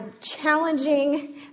challenging